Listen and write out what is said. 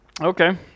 Okay